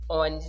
on